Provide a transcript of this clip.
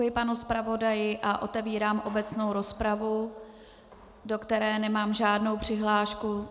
Děkuji panu zpravodaji a otevírám obecnou rozpravu do které nemám žádnou přihlášku?